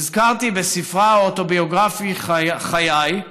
נזכרתי בספרה האוטוביוגרפי "חיי",